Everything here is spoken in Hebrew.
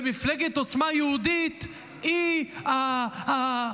ומפלגת עוצמה יהודית היא האלה,